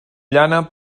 llana